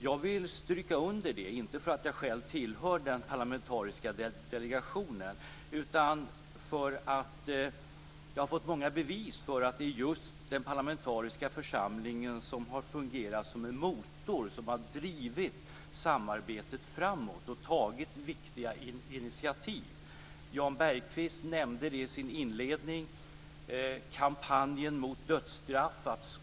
Jag vill stryka under detta, inte därför att jag själv tillhör den parlamentariska delegationen utan därför att jag har fått många bevis för att det är just den parlamentariska församlingen som har fungerat som en motor och som har drivit samarbetet framåt och tagit viktiga initiativ. Jan Bergqvist nämnde inledningsvis kampanjen mot dödsstraff.